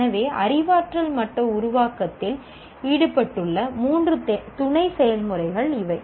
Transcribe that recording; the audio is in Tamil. எனவே அறிவாற்றல் மட்ட உருவாக்கத்தில் ஈடுபட்டுள்ள மூன்று துணை செயல்முறைகள் இவை